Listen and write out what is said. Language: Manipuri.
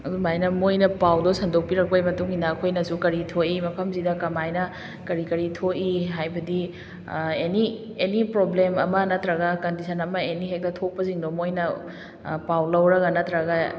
ꯑꯗꯨꯃꯥꯏꯅ ꯃꯣꯏꯅ ꯄꯥꯎꯗꯣ ꯁꯟꯗꯣꯛꯄꯤꯔꯛꯄꯩ ꯃꯇꯨꯡꯏꯟꯅ ꯑꯩꯈꯣꯏꯅꯁꯨ ꯀꯔꯤ ꯊꯣꯛꯏ ꯃꯐꯝꯁꯤꯗ ꯀꯃꯥꯏꯅ ꯀꯔꯤ ꯀꯔꯤ ꯊꯣꯛꯏ ꯍꯥꯏꯕꯗꯤ ꯑꯦꯅꯤ ꯑꯦꯅꯤ ꯄ꯭ꯔꯣꯕ꯭ꯂꯦꯝ ꯑꯃ ꯅꯠꯇ꯭ꯔꯒ ꯀꯟꯗꯤꯁꯟ ꯑꯃ ꯑꯦꯅꯤ ꯍꯦꯛꯇ ꯊꯣꯛꯄꯁꯤꯡꯗꯣ ꯃꯣꯏꯅ ꯄꯥꯎ ꯂꯧꯔꯒ ꯅꯠꯇ꯭ꯔꯒ